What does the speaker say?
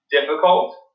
difficult